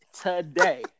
today